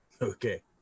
Okay